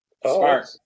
Smart